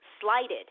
slighted